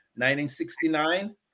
1969